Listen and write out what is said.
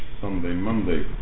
Sunday-Monday